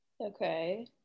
Okay